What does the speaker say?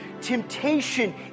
Temptation